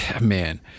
Man